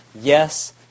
yes